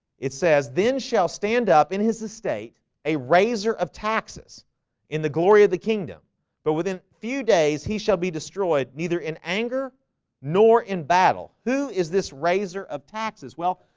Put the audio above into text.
it says then shall stand up in his estate a razor of taxes in the glory of the kingdom but within few days he shall be destroyed neither in anger nor in battle. who is this razor of taxes? well,